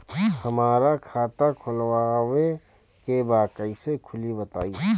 हमरा खाता खोलवावे के बा कइसे खुली बताईं?